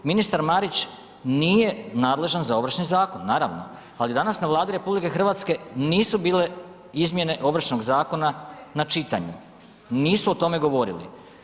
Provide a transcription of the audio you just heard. Ministar Marić nije nadležan za Ovršni zakon, naravno, ali je danas na Vladi nisu bile izmjene Ovršnog zakona na čitanju, nisu o tome govorili.